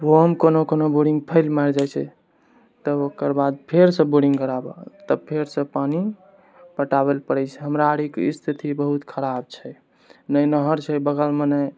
ओहोमे कोनो कोनो बोरिङ्ग फेल मारि जाइ छै तऽ ओकरबाद फेरसँ बोरिङ्ग गड़ाबै तऽ फेरसँ पानि पटाबै लए पड़ै छै हमरा आरीके स्थिति बहुत खराब छै ने नहर छै बगलमे ने